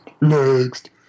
next